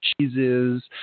cheeses